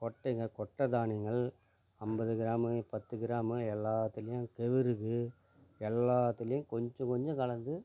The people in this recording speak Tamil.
கொட்டைங்க கொட்டை தானியங்கள் ஐம்பது கிராம் பத்து கிராம் எல்லாத்துலேயும் கெவுருக்கு எல்லாத்துலேயும் கொஞ்சம் கொஞ்சம் கலந்து